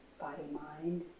body-mind